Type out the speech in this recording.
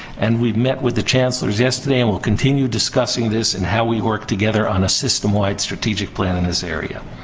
and we've met with the chancellors yesterday and will continue discussing this and how we work together on a system-wide strategic plan in this area.